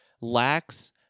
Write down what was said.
lacks